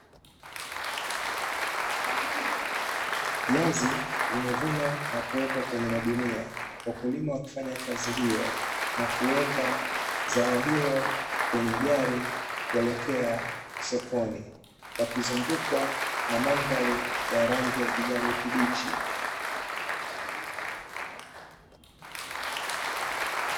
Viazi vimevunwa na kuwekwa kwenye magunia wakulima wakifanya kazi hiyo, na kuweka zao hilo kwenye gari na kuelekea sokoni, Wakizungukwa na mandhari ya rangi ya kijani kibichi.